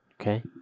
Okay